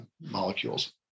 molecules